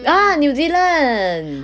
ah new zealand